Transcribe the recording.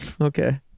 Okay